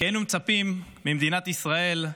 כי היינו מצפים ממדינת ישראל,